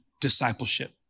discipleship